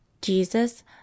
Jesus